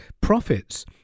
profits